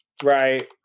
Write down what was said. Right